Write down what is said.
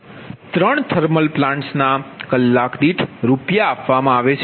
ત્રણ thermal plants ના કલાક દીઠ રૂપિયા આપવામાં આવે છે